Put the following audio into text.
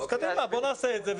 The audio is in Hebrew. אז קדימה, בוא נעשה את זה.